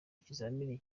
ikizamini